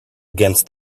against